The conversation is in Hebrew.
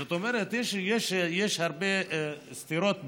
זאת אומרת, יש הרבה סתירות בעניין,